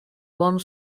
one